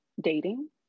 dating